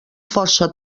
força